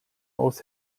aus